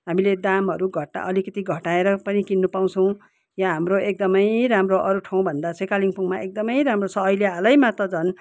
हामीले दामहरू घटा अलिकति घटाएर पनि किन्नु पाउँछौँ यहाँ हाम्रो एकदमै राम्रो अरू ठाउँभन्दा चाहिँ कालिम्पोङ एकदमै राम्रो छ अहिले हालैमा त झन्